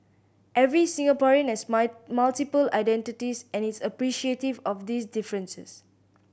every Singaporean has my multiple identities and is appreciative of these differences